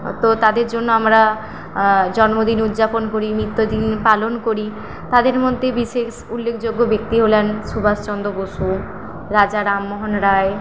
তো তাদের জন্য আমরা জন্মদিন উজ্জাপন করি মৃত্যুদিন পালন করি তাদের মধ্যে বিশেষ উল্লেখযোগ্য ব্যক্তি হলেন সুভাষচন্দ্র বসু রাজা রামমোহন রায়